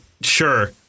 sure